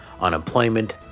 unemployment